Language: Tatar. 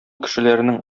кешеләренең